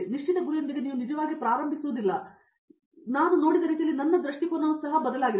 ನಿಶ್ಚಿತ ಗುರಿಯೊಂದಿಗೆ ನೀವು ನಿಜವಾಗಿ ಪ್ರಾರಂಭಿಸುವುದಿಲ್ಲ ಎಂದು ನಾನು ನೋಡಿದ ರೀತಿಯಲ್ಲಿ ನನ್ನ ದೃಷ್ಟಿಕೋನವು ಬದಲಾಗಿದೆ